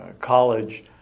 college